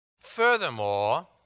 Furthermore